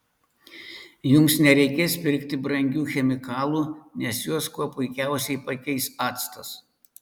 jums nereikės pirkti brangių chemikalų nes juos kuo puikiausiai pakeis actas